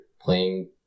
playing